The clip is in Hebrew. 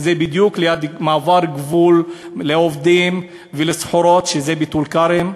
זה בדיוק ליד מעבר הגבול לעובדים ולסחורות בטול-כרם,